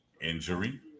injury